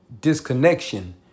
disconnection